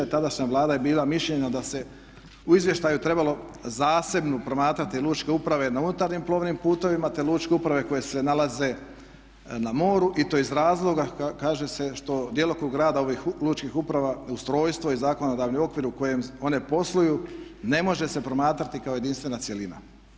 Tadašnja Vlada je bila mišljenja da se u izvještaju trebalo zasebno promatrati lučke uprave na unutarnjim plovnim putovima te lučke uprave koje se nalaze na moru i to iz razloga kaže se što djelokrug rada ovih lučkih uprava, ustrojstvo i zakonodavni okvir u kojem one posluju ne može se promatrati kao jedinstvena cjelina.